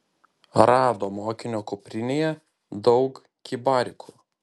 rado mokinio kuprinėje daug kibarikų